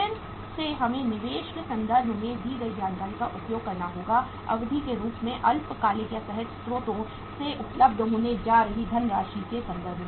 फिर से हमें निवेश के संदर्भ में दी गई जानकारी का उपयोग करना होगा अवधि के रूप में अल्पकालिक या सहज स्रोतों से उपलब्ध होने जा रही धनराशि के संदर्भ में